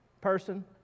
person